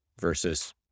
versus